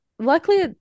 luckily